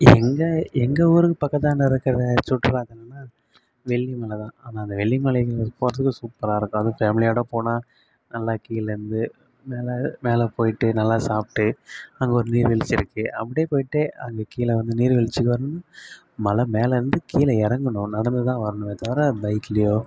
எங்கள் எங்கள் ஊருக்கு பக்கத்தாண்ட இருக்கிற சுற்றுலாத்தலம்னா வெள்ளி மலை தான் ஆனால் அந்த வெள்ளி மலைகளுக்கு போகிறதுக்கு சூப்பராக இருக்கும் அதுவும் ஃபேமிலியோடு போனால் நல்லா கீழேருந்து மேலே மேலே போய்ட்டு நல்லா சாப்பிட்டு அங்கே ஒரு நீர்வீழ்ச்சி இருக்கு அப்படியே போய்ட்டு அங்கே கீழே வந்து நீர் வீழ்ச்சிக்கு வரணுனா மலை மேலேருந்து கீழே இறங்கணும் நடந்து தான் வரணுமே தவிர பைக்லேயோ